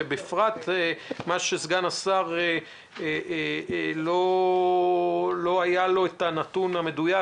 ובפרט מה שסגן השר לא היה לו הנתון המדויק,